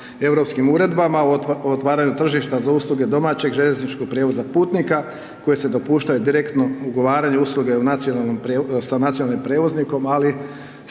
uredbama, otvaraju tržišta za usluge domaćeg željezničkog prijevoza putnika koje se dopuštaju direktno ugovaranju usluge sa nacionalnim prijevoznikom, ali